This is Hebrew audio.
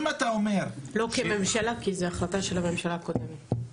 לא כממשלה, כי זה החלטה של הממשלה הקודמת.